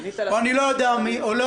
או אני לא יודע מי.